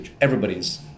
everybody's